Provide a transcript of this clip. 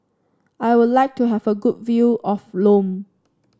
I would like to have a good view of Lome